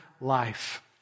life